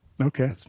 Okay